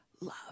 love